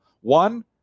One